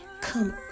come